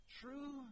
true